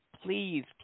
Please